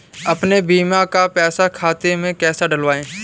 अपने बीमा का पैसा खाते में कैसे डलवाए?